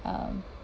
um